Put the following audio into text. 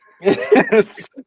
Yes